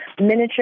miniature